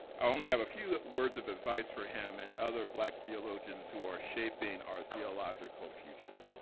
only have a few words of advice for him and other black theologians who are shaping our theological future